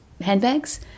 handbags